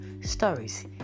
stories